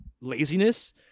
laziness